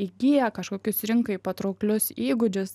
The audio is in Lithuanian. įgija kažkokius rinkai patrauklius įgūdžius